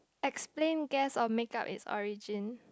explain guess or make up it's origin